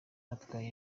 natwaye